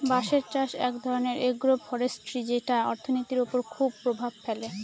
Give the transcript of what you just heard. বাঁশের চাষ এক ধরনের এগ্রো ফরেষ্ট্রী যেটা অর্থনীতির ওপর খুব প্রভাব ফেলে